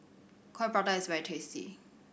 Coin Prata is very tasty